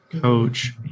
coach